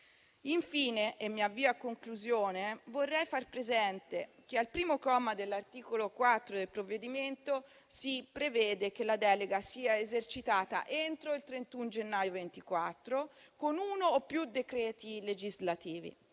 Infine - e mi avvio a conclusione - vorrei far presente che al primo comma dell'articolo 4 del provvedimento si prevede che la delega sia esercitata entro il 31 gennaio 2024, con uno o più decreti legislativi.